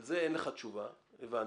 ועל זה אין לך תשובה, הבנתי,